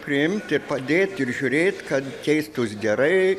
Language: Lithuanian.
priimti padėt ir žiūrėt kad keistųs gerai